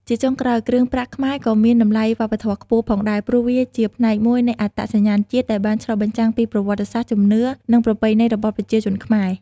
ជាចុងក្រោយ គ្រឿងប្រាក់ខ្មែរក៏មាន តម្លៃវប្បធម៌ខ្ពស់ ផងដែរ ព្រោះវាជាផ្នែកមួយនៃអត្តសញ្ញាណជាតិដែលបានឆ្លុះបញ្ចាំងពីប្រវត្តិសាស្ត្រ ជំនឿ និងប្រពៃណីរបស់ប្រជាជនខ្មែរ។